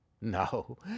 No